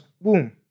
boom